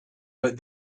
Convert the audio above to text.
but